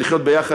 של לחיות יחד,